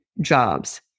jobs